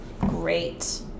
Great